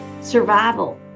survival